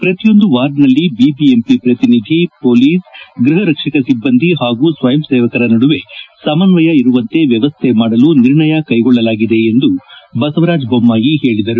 ಪ್ರತಿಯೊಂದು ವಾರ್ಡ್ನಲ್ಲಿ ಬಿಬಿಎಂಪಿ ಪ್ರತಿನಿಧಿ ಮೊಲೀಸ್ ಗೃಹ ರಕ್ಷಕ ಸಿಬ್ಬಂದಿ ಹಾಗೂ ಸ್ವಯಂ ಸೇವಕರ ನಡುವೆ ಸಮಸ್ವಯ ಇರುವಂತೆ ವ್ಯವಸ್ಥೆ ಮಾಡಲು ನಿರ್ಣಯ ಕೈಗೊಳ್ಳಲಾಗಿದೆ ಎಂದು ಬಸವರಾಜ ಬೊಮ್ಬಾಯಿ ಹೇಳಿದರು